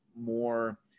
more